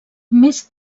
més